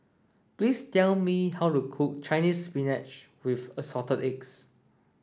please tell me how to cook Chinese spinach with assorted eggs